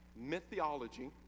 mythology